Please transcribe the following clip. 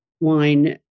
wine